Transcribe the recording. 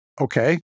Okay